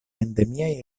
endemiaj